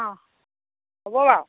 অ হ'ব বাও